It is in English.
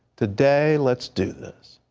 today, let's do this.